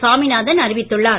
சாமிநாதன் தெரிவித்துள்ளார்